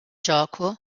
gioco